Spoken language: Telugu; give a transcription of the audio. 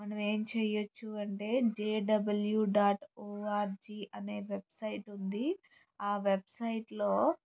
మనమేం చేయచ్చు అంటే జే డబల్యూ డాట్ ఓఆర్జి అనే వెబ్ సైట్ ఉంది ఆ వెబ్ సైట్లో